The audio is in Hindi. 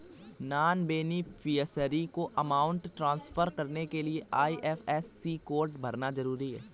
नॉन बेनिफिशियरी को अमाउंट ट्रांसफर करने के लिए आई.एफ.एस.सी कोड भरना जरूरी है